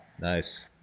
Nice